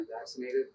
vaccinated